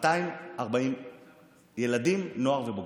240 ילדים, נוער ובוגרים.